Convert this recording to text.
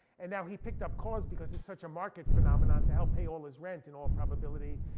and now he picked up kaws because he's such a market phenomenon to help pay all his rent, in all probability.